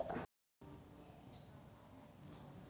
total ಆಗಿ ಎಷ್ಟ types ಫಂಡ್ಗಳದಾವ